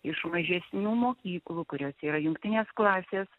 iš mažesnių mokyklų kuriose yra jungtinės klasės